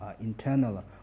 internal